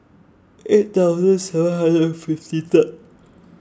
eight thousand seven hundred and fifty Third